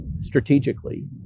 strategically